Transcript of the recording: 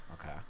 okay